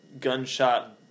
gunshot